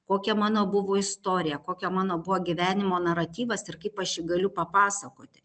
kokia mano buvo istorija kokia mano buvo gyvenimo naratyvas ir kaip aš jį galiu papasakoti